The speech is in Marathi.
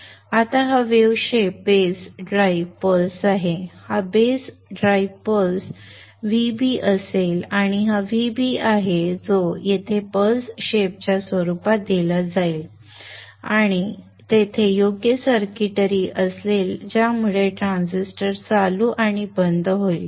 आता हा wave shape base drive pulse असेल हा बेस ड्राईव्ह पल्स Vb असेल आणि हा Vb आहे जो येथे पल्स शेपच्या स्वरूपात दिला जाईल आणि तेथे योग्य सर्किटरी असेल ज्यामुळे ट्रान्झिस्टर चालू आणि बंद होईल